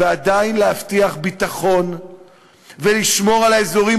ועדיין להבטיח ביטחון ולשמור על האזורים